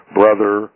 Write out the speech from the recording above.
brother